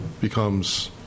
becomes